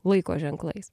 laiko ženklais